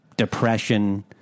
Depression